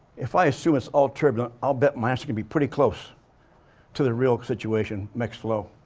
if i assume it's all turbulent, i'll bet mine's going to be pretty close to the real situation, mixed flow,